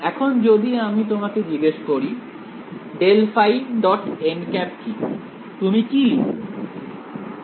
এখন যদি আমি তোমাকে জিজ্ঞেস করি ∇ϕ· কি তুমি কি লিখবে